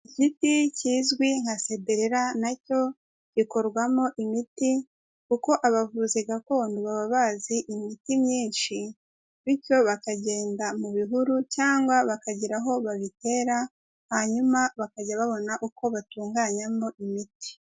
Igiti kizwi nka sederera nacyo gikorwamo imiti, kuko abavuzi gakondo baba bazi imiti myinshi bityo bakagenda mu bihuru cyangwa bakagira aho babitera hanyuma bakajya babona uko batunganyamo imiti.